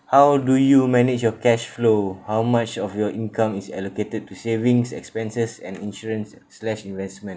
how do you manage your cash flow how much of your income is allocated to savings expenses and insurance slash investment